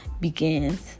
begins